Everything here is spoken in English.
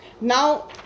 now